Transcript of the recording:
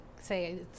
say